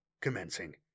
commencing